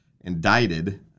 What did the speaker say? indicted